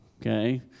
Okay